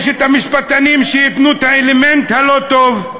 יש המשפטנים שייתנו את האלמנט הלא-טוב.